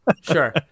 sure